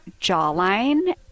jawline